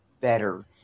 better